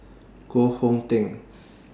Koh Hong Teng